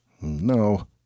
No